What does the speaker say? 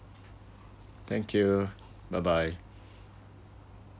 thank you bye bye